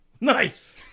Nice